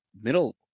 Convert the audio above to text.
middle